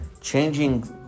changing